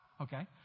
Okay